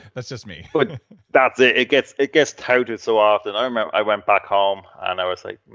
that's just me but that's it. it gets it gets touted so often. i remember i went back home and i was like,